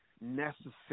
necessary